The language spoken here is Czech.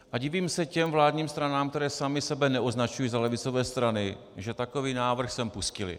A divím se těm vládním stranám, které samy sebe neoznačují za levicové strany, že takový návrh sem pustily.